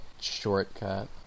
shortcut